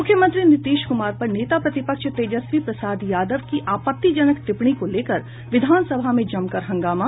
मुख्यमंत्री नीतीश कुमार पर नेता प्रतिपक्ष तेजस्वी प्रसाद यादव की आपत्तिजनक टिप्पणी को लेकर विधानसभा में जमकर हंगामा